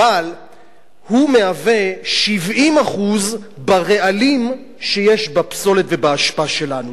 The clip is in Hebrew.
אבל הוא מהווה 70% מהרעלים שיש בפסולת ובאשפה שלנו.